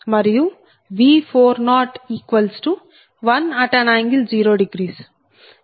14 మరియు V401∠0